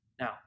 Now